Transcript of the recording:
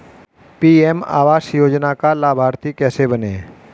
PM आवास योजना का लाभर्ती कैसे बनें?